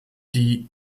die